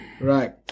Right